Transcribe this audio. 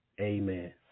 Amen